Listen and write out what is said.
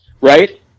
Right